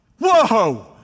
whoa